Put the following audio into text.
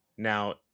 Now